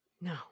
No